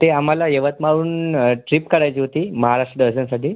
ते आम्हाला यवतमाळवरून ट्रीप काढायची होती महाराष्ट्र दर्शनासाठी